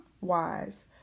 wise